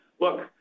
look